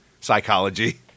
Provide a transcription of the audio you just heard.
psychology